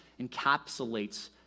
encapsulates